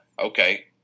okay